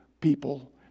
people